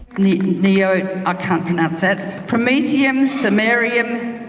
neo neo i can't pronounce that. promethium. samarium.